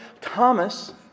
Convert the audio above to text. Thomas